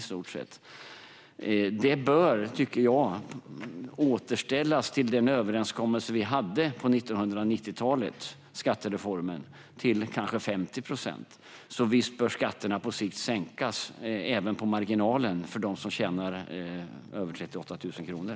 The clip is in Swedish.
Det bör återställas till kanske 50 procent enligt den överenskommelse vi hade med skattereformen på 1990-talet. Visst bör skatterna på sikt sänkas även på marginalen för dem som tjänar över 38 000 kronor.